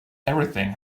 everything